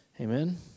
Amen